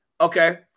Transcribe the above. okay